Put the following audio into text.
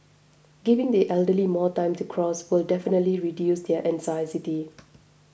giving the elderly more time to cross will definitely reduce their anxiety